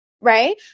right